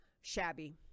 shabby